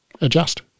adjust